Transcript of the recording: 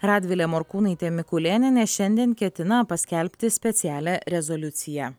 radvilė morkūnaitė mikulėnienė šiandien ketina paskelbti specialią rezoliuciją